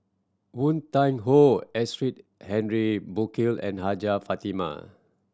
Woon Tai Ho Henry Burkill and Hajjah Fatimah